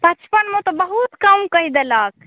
पचपनमे तऽ बहुत कम कहि देलक